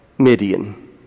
Midian